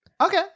Okay